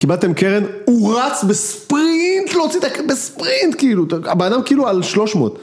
קיבלתם קרן, הוא רץ בספרינט, הוא הוציא את הקרן בספרינט, הבאנדם כאילו על שלוש מאות.